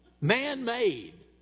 man-made